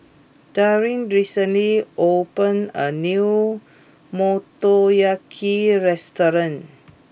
Daryn recently opened a new Motoyaki restaurant